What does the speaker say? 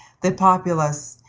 the populace,